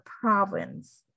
province